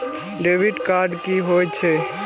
Debit card की होय छेय?